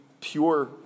pure